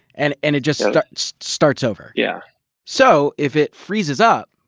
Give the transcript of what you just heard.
and, and it just start-starts over. yeah so if it freezes up,